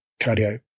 cardio